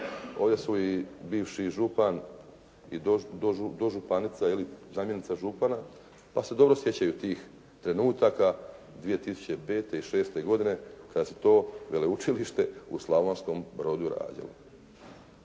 Ovdje su i bivši župan i dožupanica ili zamjenica župana pa se dobro sjećaju tih trenutaka 2005. i 2006. godine kad se to Veleučilište u Slavonskom Brodu rađalo.